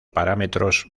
parámetros